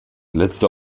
letzte